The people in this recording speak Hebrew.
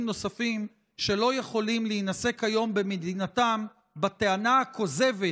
נוספים שלא יכולים להינשא כיום במדינתם בטענה הכוזבת